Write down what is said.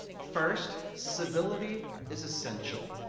first, civility is essential.